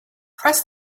press